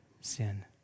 sin